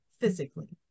physically